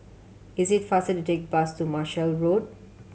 it is faster to take the bus to Marshall Road